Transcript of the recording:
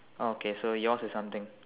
orh okay so yours is something